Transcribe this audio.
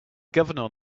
governor